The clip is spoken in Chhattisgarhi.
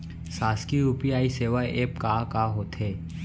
शासकीय यू.पी.आई सेवा एप का का होथे?